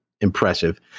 impressive